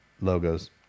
logos